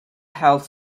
health